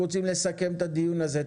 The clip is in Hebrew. אנחנו רוצים לסכם את הדיון הזה.